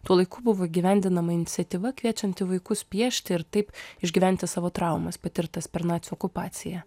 tuo laiku buvo įgyvendinama iniciatyva kviečianti vaikus piešti ir taip išgyventi savo traumas patirtas per nacių okupaciją